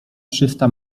trzysta